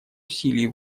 усилий